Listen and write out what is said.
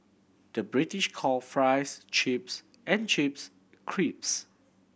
the British call fries chips and chips crisps